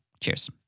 Cheers